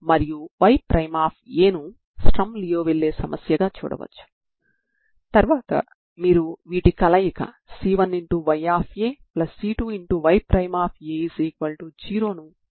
కాబట్టి మీరు బయట నుండి కొంత శక్తిని ఇస్తే అంటే మీరు దానిని ఒక ఫంక్షన్ రూపంలో ఇవ్వవచ్చు మరియు దానిని మీరు hxt అనుకోండి